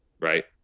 right